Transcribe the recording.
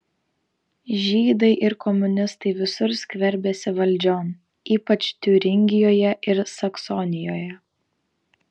žydai ir komunistai visur skverbiasi valdžion ypač tiuringijoje ir saksonijoje